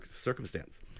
circumstance